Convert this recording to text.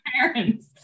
parents